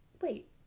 Wait